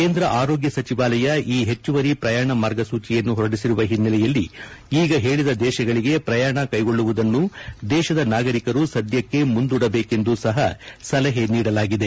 ಕೇಂದ್ರ ಆರೋಗ್ಯ ಸಚಿವಾಲಯ ಈ ಹೆಚ್ಚುವರಿ ಪ್ರಯಾಣ ಮಾರ್ಗಸೂಚಿಯನ್ನು ಹೊರಡಿಸಿರುವ ಹಿನ್ನೆಲೆಯಲ್ಲಿ ಈಗ ಹೇಳಿದ ದೇಶಗಳಿಗೆ ಶ್ರಯಾಣ ಕೈಗೊಳ್ಳುವುದನ್ನು ದೇಶದ ನಾಗರಿಕರು ಸದ್ಲಕ್ಷೆ ಮುಂದೂಡಬೇಕೆಂದೂ ಸಹ ಸಲಹೆ ನೀಡಲಾಗಿದೆ